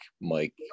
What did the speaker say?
Mike